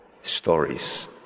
stories